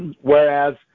whereas